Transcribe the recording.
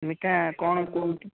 ମିଠା କ'ଣ କେଉଁଠି